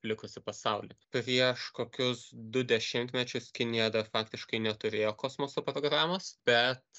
likusį pasaulį prieš kokius du dešimtmečius kinija faktiškai neturėjo kosmoso programos bet